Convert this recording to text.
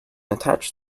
attach